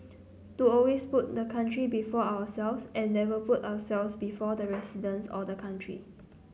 to always put the country before ourselves and never put ourselves before the residents or the country